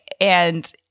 and-